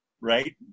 right